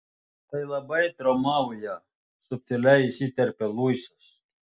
tai labai traumavo ją subtiliai įsiterpia luisas